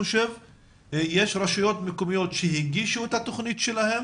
יש רשויות מקומיות שהגישו את התוכנית שלהן